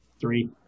three